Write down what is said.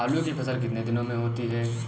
आलू की फसल कितने दिनों में होती है?